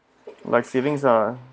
like feelings lah